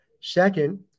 Second